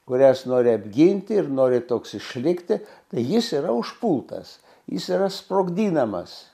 kurias nori apginti ir nori toks išlikti jis yra užpultas jis yra sprogdinamas